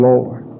Lord